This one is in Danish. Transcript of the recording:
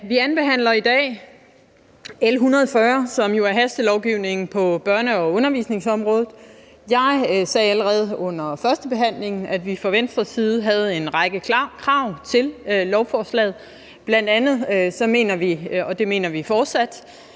Vi andenbehandler i dag L 140, som jo er hastelovgivning på børne- og undervisningsområdet. Jeg sagde allerede under førstebehandlingen, at vi fra Venstres side havde en række klare krav til lovforslaget, bl.a. mener vi, og det mener vi fortsat,